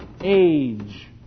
age